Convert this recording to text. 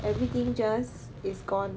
everything just is gone